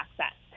access